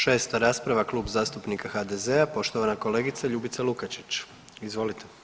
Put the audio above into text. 6. rasprava Klub zastupnika HDZ-a, poštovana kolegica Ljubica Lukačić, izvolite.